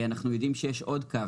אנחנו יודעים שיש עוד קו,